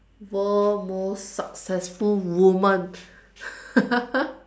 world most successful woman